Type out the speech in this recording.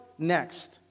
next